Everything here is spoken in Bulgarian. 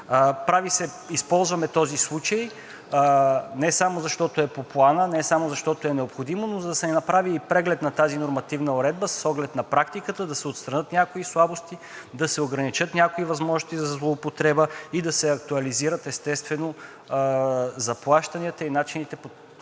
медиация. Използваме този случай не само защото е по Плана, не само защото е необходимо, но за да се направи и преглед на тази нормативна уредба с оглед на практиката, да се отстранят някои слабости, да се ограничат някои възможности за злоупотреба и да се актуализират, естествено, заплащанията и начините, по